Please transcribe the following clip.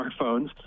smartphones